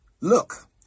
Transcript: Look